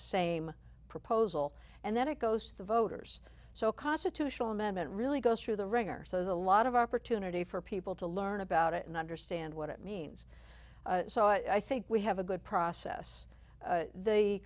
same proposal and then it goes to the voters so constitutional amendment really goes through the ringer so there's a lot of opportunity for people to learn about it and understand what it means so i think we have a good process